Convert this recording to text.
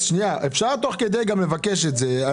אפשר תוך כדי גם לבקש את זה.